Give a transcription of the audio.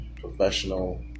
professional